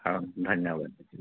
হয় ধন্যবাদ